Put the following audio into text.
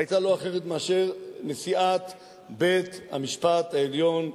היתה לא אחרת מאשר נשיאת בית-המשפט העליון,